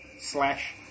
slash